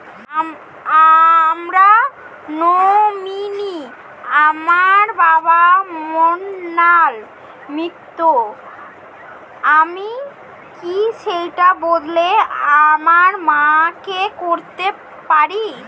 আমার নমিনি আমার বাবা, মৃণাল মিত্র, আমি কি সেটা বদলে আমার মা কে করতে পারি?